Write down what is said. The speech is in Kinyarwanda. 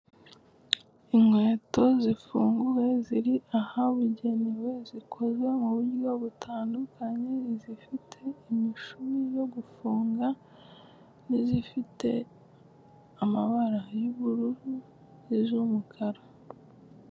Inkweto zifunguye ziri ahabugenewe, zikoze mu buryo butandukanye, zifite imishumi yo gufunga, n'izifite amabara y'ubururu n'iz'umukara.